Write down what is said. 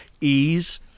ease